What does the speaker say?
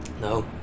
No